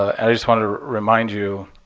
i just want to remind you,